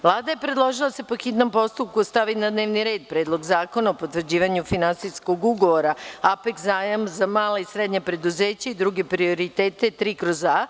Vlada je predložila da se po hitnom postupku stavi na dnevni red Predlog zakona o potvrđivanju finansijskog ugovora „Apeks zajam za mala i srednja preduzeća i druge prioritete 3/